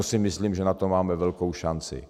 A myslím si, že na to máme velkou šanci.